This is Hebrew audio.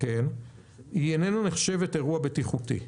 היא איננה נחשבת אירוע בטיחותי,